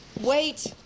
Wait